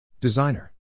Designer